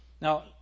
Now